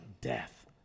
death